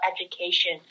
education